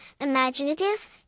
imaginative